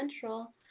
Central